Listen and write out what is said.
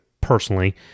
personally